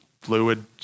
fluid